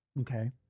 Okay